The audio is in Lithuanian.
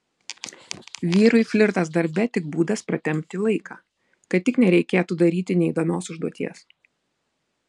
vyrui flirtas darbe tik būdas pratempti laiką kad tik nereikėtų daryti neįdomios užduoties